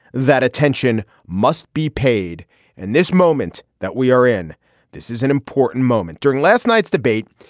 that attention must be paid and this moment that we are in this is an important moment during last night's debate.